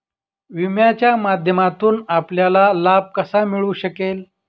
विम्याच्या माध्यमातून आपल्याला लाभ कसा मिळू शकेल?